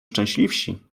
szczęśliwsi